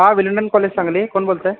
हां Willingdon college Sangli कोण बोलत आहे